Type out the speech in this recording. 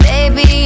Baby